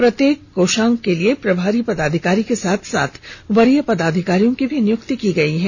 प्रत्येक कोषांग के लिए प्रभारी पदाधिकारी के साथ साथ वरीय पदाधिकारियों की भी नियुक्ति की गयी है